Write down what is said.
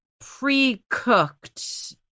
pre-cooked